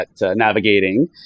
navigating